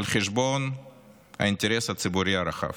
על חשבון האינטרס הציבורי הרחב.